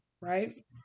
right